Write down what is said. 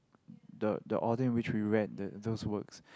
the the audience which we went that those works